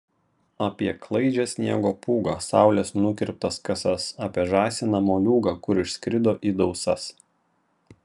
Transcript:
apie klaidžią sniego pūgą saulės nukirptas kasas apie žąsiną moliūgą kur išskrido į dausas